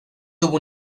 tuvo